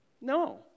No